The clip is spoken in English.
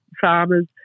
farmers